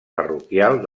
parroquial